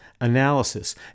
analysis